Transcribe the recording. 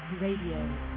Radio